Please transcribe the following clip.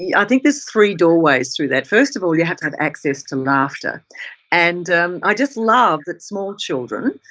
yeah i think there's three doorways through that first of all you have to have access to laughter and i just love that small children